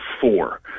four